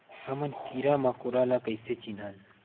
हमन कीरा मकोरा ला कइसे चिन्हन?